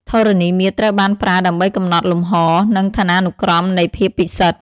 ធរណីមាត្រ ត្រូវបានប្រើដើម្បីកំណត់លំហ និងឋានានុក្រមនៃភាពពិសិដ្ឋ។